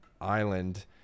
island